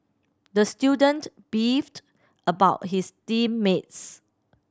the student beefed about his team mates